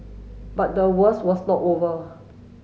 but the worst was not over